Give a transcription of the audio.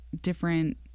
different